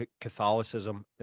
Catholicism